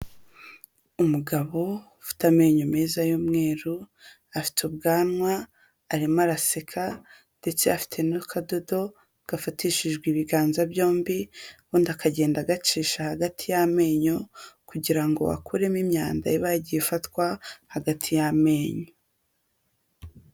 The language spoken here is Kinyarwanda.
Umugabo ufite amenyo meza y'umweru, afite ubwanwa, arimo araseka ndetse afite n'akadodo gafatishijwe ibiganza byombi, ubundi akagenda agacisha hagati y'amenyo kugira ngo akuremo imyanda iba yagiye ifatwa hagati y'amenyo.